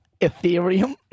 Ethereum